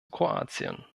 kroatien